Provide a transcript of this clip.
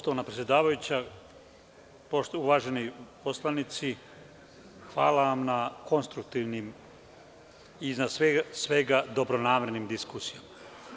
Poštovana predsedavajuća, uvaženi poslanici, hvala vam na konstruktivnim i, iznad svega, dobronamernim diskusijama.